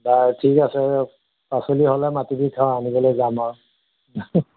বাৰু ঠিক আছে পাচলি হ'লে মাটিবি চাওঁ আনিবলৈ যাম আৰু